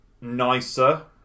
nicer